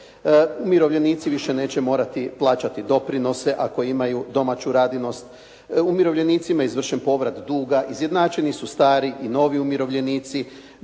Umirovljenici više neće morati plaćati doprinose ako imaju domaću radinost. Umirovljenicima je izvršen povrat duga, izjednačeni su stari i novi umirovljenici.